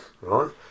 right